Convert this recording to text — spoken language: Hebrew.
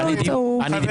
חברים, נא לא להפריע.